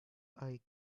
eye